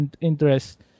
interest